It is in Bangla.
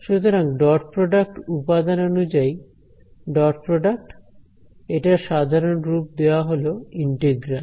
সুতরাং ডট প্রডাক্ট উপাদান অনুযায়ী ডট প্রডাক্ট এটার সাধারণ রূপ দেওয়া হল ইন্টিগ্রাল